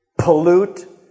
Pollute